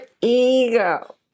ego